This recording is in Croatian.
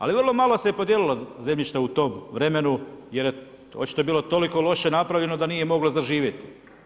Ali vrlo malo se podijelilo zemljišta u tom vremenu, jer je očito bilo toliko loše napravljeno da nije moglo zaživjeti.